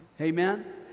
Amen